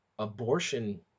Abortion